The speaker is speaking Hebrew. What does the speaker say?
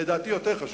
לדעתי יותר חשובה,